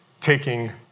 taking